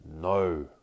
No